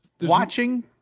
Watching